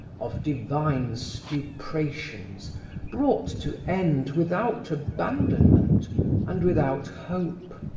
of divine stuprations brought to end without abandonment and without hope.